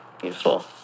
beautiful